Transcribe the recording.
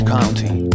County